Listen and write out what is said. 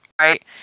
right